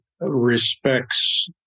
respects